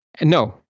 No